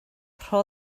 rho